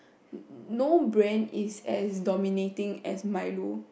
no brand is as dominating as Milo